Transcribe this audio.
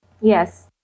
Yes